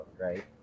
right